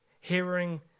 hearing